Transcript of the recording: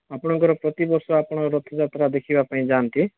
ଆପଣଙ୍କର ପ୍ରତିବର୍ଷ ଆପଣ ରଥଯାତ୍ରା ଦେଖିବା ପାଇଁ ଯାଆନ୍ତି